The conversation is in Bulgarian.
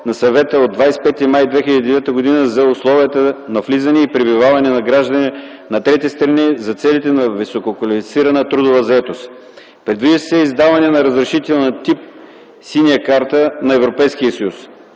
на Съвета от 25 май 2009 г. за условията на влизане и пребиваване на граждани на трети държави за целите на висококвалифицирана трудова заетост. Предвижда се издаване на разрешение тип “синя карта на ЕС”.